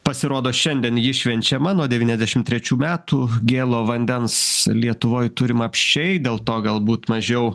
pasirodo šiandien ji švenčiama nuo devyniasdešimt trečių metų gėlo vandens lietuvoj turim apsčiai dėl to galbūt mažiau